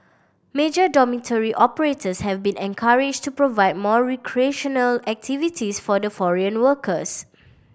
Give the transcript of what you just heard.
major dormitory operators have been encouraged to provide more recreational activities for the foreign workers